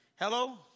Hello